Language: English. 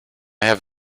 have